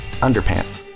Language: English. underpants